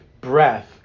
breath